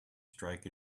strike